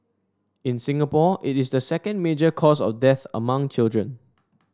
in Singapore it is the second major cause of death among children